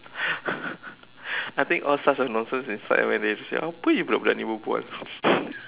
I think all sorts of nonsense inside man then after that they said apa jer budak-budak ni berbual